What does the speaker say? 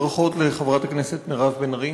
ברכות לחברת הכנסת מירב בן ארי.